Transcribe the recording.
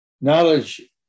knowledge